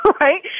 right